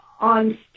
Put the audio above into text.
on